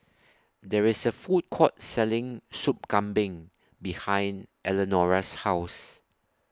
There IS A Food Court Selling Sup Kambing behind Eleonora's House